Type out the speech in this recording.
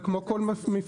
זה כמו כל מפעל.